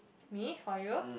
mean for you